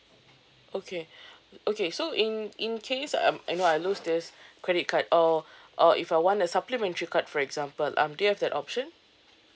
okay okay so in in case um you know I lose this credit card or or if I want a supplementary card for example um do you have that option